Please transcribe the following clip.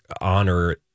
honor